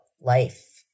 life